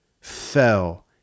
fell